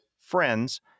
friends